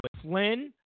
Flynn